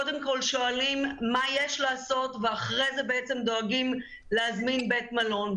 קודם כל שואלים מה יש לעשות ואחרי זה דואגים להזמין בית מלון.